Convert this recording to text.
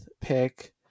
pick